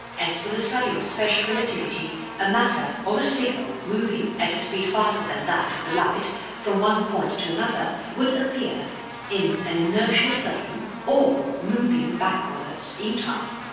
as per the study of special relativity a matter or a signal moving at a speed faster than that of the light from one point to another would appear in an inertial frame or moving backwards in time.